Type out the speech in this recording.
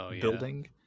Building